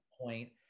point